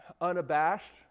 unabashed